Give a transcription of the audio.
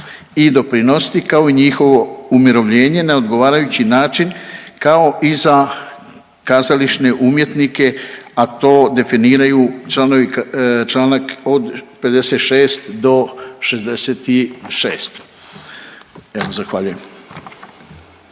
i doprinositi, kao i njihovo umirovljenje na odgovarajući način, kao i za kazališne umjetnike, a to definiraju članovi, članak od 56. do 66., evo zahvaljujem.